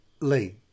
Lee